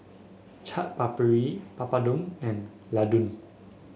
Chaat Papri Papadum and Ladoo